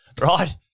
Right